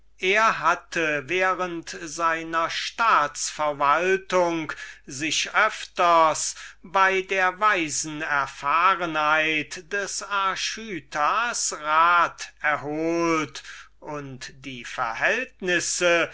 agathon hatte während seiner staats-verwaltung sich öfters bei der weisen erfahrenheit des archytas rats erholt und die verschiedenen verhältnisse